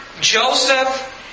Joseph